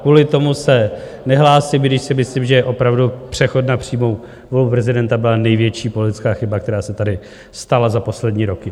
Kvůli tomu se nehlásím, i když si myslím, že opravdu přechod na přímou volbu prezidenta byla největší politická chyba, která se tady stala za poslední roky.